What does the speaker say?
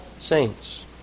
saints